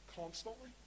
constantly